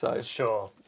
Sure